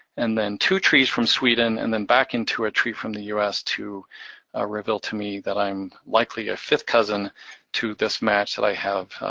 and then two trees from sweden, and then back into a tree from the us to ah reveal to me that i'm likely a fifth cousin to this match that i have.